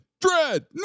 Dread